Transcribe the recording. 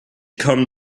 come